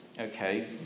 Okay